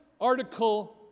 article